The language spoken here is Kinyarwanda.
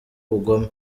ubugome